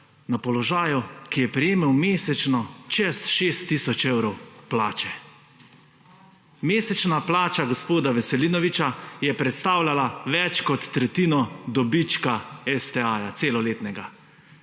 na položaju, ki je prejemal mesečno čez 6 tisoč evrov plače. Mesečna plača gospoda Veselinoviča je predstavljala več kot tretjino dobička STA celoletnega.